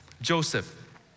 Joseph